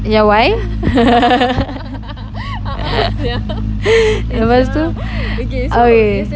ya why K faster okay